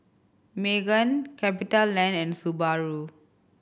Megan CapitaLand and Subaru